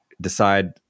decide